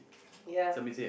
ya